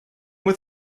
with